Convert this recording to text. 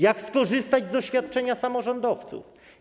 Jak skorzystać z doświadczenia samorządowców?